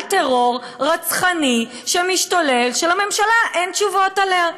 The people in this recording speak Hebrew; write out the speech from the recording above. טרור רצחני שמשתולל ולממשלה אין תשובות עליו,